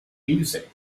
music